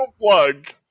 plug